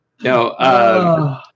No